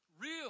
real